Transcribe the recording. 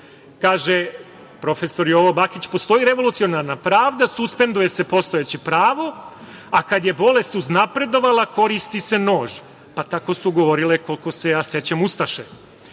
Kaže prof. Jovo Bakić: "Postoji revolucionarna pravda, suspenduje se postojeće pravo, a kad je bolest uznapredovala koristi se nož". Tako su govorile, koliko se ja sećam,